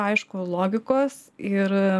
aišku logikos ir